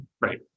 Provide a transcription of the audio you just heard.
right